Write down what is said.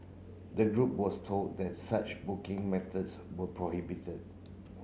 the group was told that such booking methods were prohibited